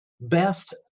best